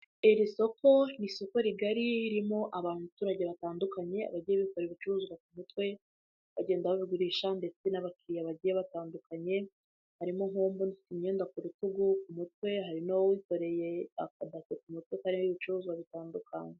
Iri soko ni isoko rigari ririmo abaturage batandukanye bagiye bikoreye ibicuruzwa ku mutwe, bagenda babigurisha ndetse n'abakiriya bagiye batandukanye harimo n'uwo mbona ufite imyenda ku rutugu, ku mutwe, hari n'uwikoreye akabasi ku mutwe kariho ibicuruzwa bitandukanye.